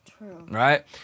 right